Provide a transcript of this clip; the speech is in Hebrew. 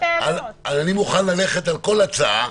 אני מוכן ללכת על כל הצעה,